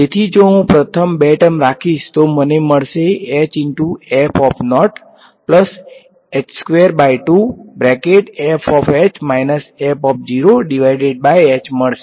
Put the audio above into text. તેથી જો હું પ્રથમ બે ટર્મરાખીશ તો મને મળશે અને એરર નો ઓર્ડર થશે